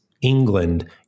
England